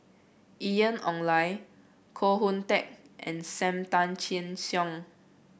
Ian Ong Li Koh Hoon Teck and Sam Tan Chin Siong